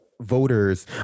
voters